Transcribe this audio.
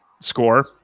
score